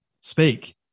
speak